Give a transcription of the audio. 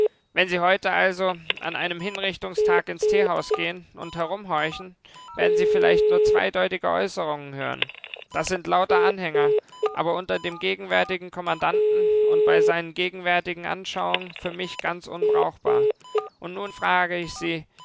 wenn sie heute also an einem hinrichtungstag ins teehaus gehen und herumhorchen werden sie vielleicht nur zweideutige äußerungen hören das sind lauter anhänger aber unter dem gegenwärtigen kommandanten und bei seinen gegenwärtigen anschauungen für mich ganz unbrauchbar und nun frage ich sie